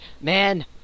Man